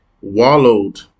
wallowed